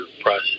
process